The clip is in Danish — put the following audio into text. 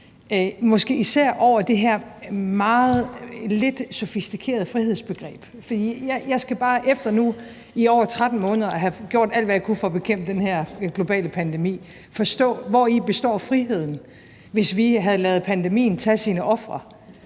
måske især over det her meget lidt sofistikerede frihedsbegreb. Jeg skal bare efter nu i over 13 måneder at have gjort alt, hvad jeg kunne, for at bekæmpe den her globale pandemi, forstå, hvori friheden består, hvis vi havde ladet pandemien tage sine ofre,